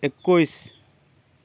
একৈছ